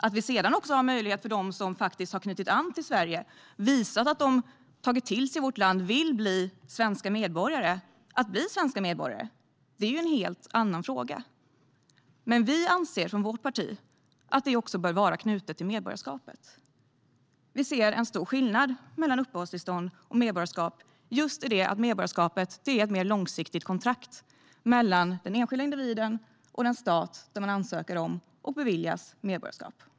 Att vi sedan också ger dem som faktiskt har knutit an till Sverige och visat att de tagit till sig vårt land och vill bli svenska medborgare möjlighet att bli det är en helt annan fråga. Men från vårt parti anser vi att det också bör vara knutet till medborgarskapet. Vi ser en stor skillnad mellan uppehållstillstånd och medborgarskap: Medborgarskapet är ett mer långsiktigt kontrakt mellan den enskilda individen och den stat där man ansöker om och beviljas medborgarskap.